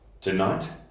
Tonight